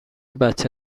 بچه